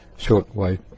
shortwave